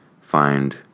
Find